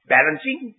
Balancing